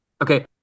Okay